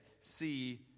see